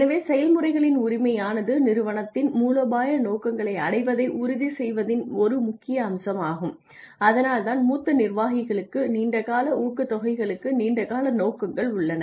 எனவே செயல்முறைகளின் உரிமையானது நிறுவனத்தின் மூலோபாய நோக்கங்களை அடைவதை உறுதி செய்வதின் ஒரு முக்கிய அம்சமாகும் அதனால்தான் மூத்த நிர்வாகிகளுக்கு நீண்ட கால ஊக்கத்தொகைகளுக்கு நீண்ட கால நோக்கங்கள் உள்ளன